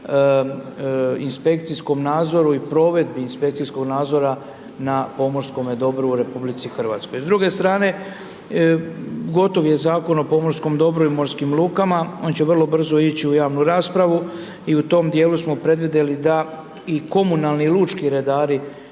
inspekcijskom nadzoru i provedbi inspekcijskog nadzora na pomorskome dobru u RH. S druge strane, gotovo je Zakon o pomorskom dobru i morskim lukama, on će vrlo brzo ići u javnu raspravu i u tom djelu smo predvidjeli da i komunalni i lučki redari